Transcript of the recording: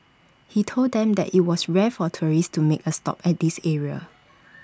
he told them that IT was rare for tourists to make A stop at this area